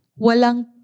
walang